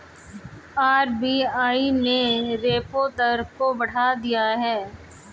RBI ने repo दर को बढ़ा दिया है